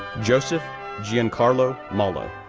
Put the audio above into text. joseph giancarlo mollo,